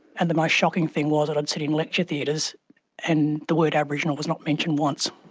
and the most shocking thing was that i'd sit in lecture theatres and the word aboriginal was not mentioned once.